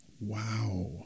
Wow